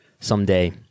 someday